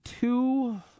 two